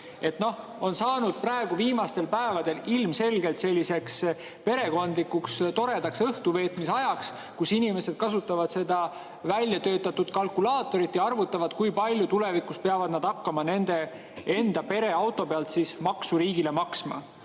See on saanud viimastel päevadel ilmselgelt selliseks perekondlikuks toredaks õhtu veetmise [viisiks], et inimesed kasutavad seda välja töötatud kalkulaatorit ja arvutavad, kui palju nad tulevikus peavad hakkama nende endi pereauto pealt maksu riigile maksma.